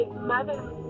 Mother